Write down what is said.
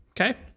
okay